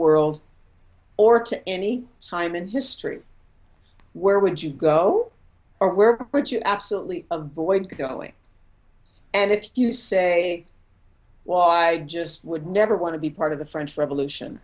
world or to any time in history where would you go forward you absolutely avoid going and if you say well i just would never want to be part of the french revolution